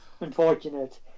Unfortunate